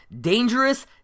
Dangerous